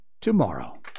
tomorrow